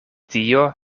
tio